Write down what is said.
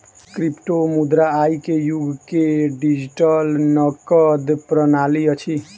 क्रिप्टोमुद्रा आई के युग के डिजिटल नकद प्रणाली अछि